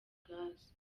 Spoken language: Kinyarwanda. ubwazo